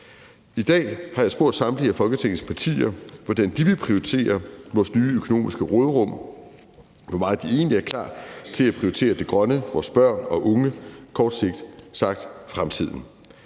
I dag har jeg spurgt samtlige af Folketingets partier, hvordan de vil prioritere vores nye økonomiske råderum, og hvor meget de egentlig er klar til at prioritere det grønne, vores børn og unge, kort sagt: fremtiden.